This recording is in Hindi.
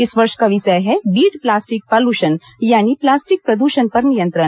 इस वर्ष का विषय है बीट प्लास्टिक पॉल्युशन यानी प्लास्टिक प्रदषण पर नियंत्रण